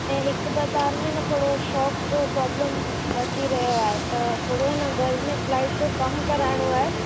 ऐं हिक ॿ तार में न थोरो शॉक जो प्रोब्लम अची रहियो आहे त थोरो आहे न घर में लाइट जो कमु कराइणो आहे